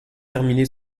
terminé